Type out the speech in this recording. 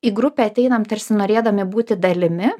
į grupę ateinam tarsi norėdami būti dalimi